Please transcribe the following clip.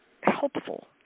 helpful